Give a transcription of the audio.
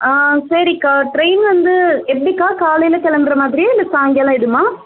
ஆ சரிக்கா டிரெயின் வந்து எப்படிக்கா காலையில் கிளம்புற மாதிரியா இல்லை சாய்ங்காலம் ஆகிடுமா